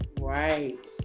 Right